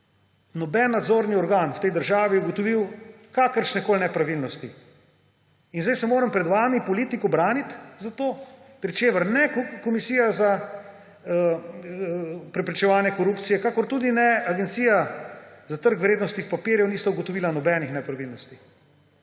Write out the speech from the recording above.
noben nadzorni organ v tej državi ugotovil kakršnekoli nepravilnosti in sedaj se moram pred vami, politiki, braniti za to, pri čemer ne Komisija za preprečevanje korupcije kakor tudi ne Agencija za trg vrednostnih papirjev nista ugotovila nobenih nepravilnosti.